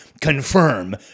confirm